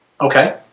Okay